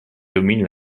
domine